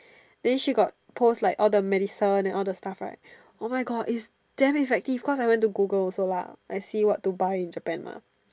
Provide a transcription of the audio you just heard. then she got post like all the medicine and all the stuff right oh my God is damn effective cause I went to Google also lah I see what to buy in Japan lah